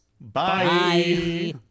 Bye